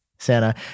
Santa